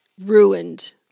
ruined